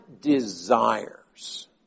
desires